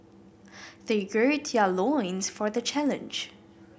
they gird their loins for the challenge